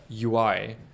ui